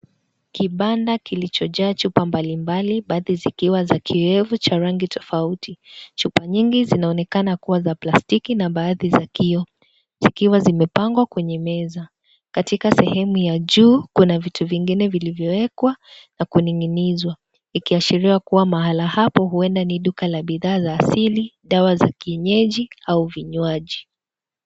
Kibanda kilichojaa chupa mbalimbali. Baadhi zikiwa za kievu cha rangi tofauti. Chupa nyingi zinaonekana kuwa za plastiki na baadhi za kioo zikiwa zimepangwa kwenye meza. Katika sehemu ya juu kuna vitu vingine vilivyowekwa na kuning'inizwa ikiashiria kwamba mahala hapo huenda ni duka la bidhaa za asili, dawa za kienyeji au vinywaji.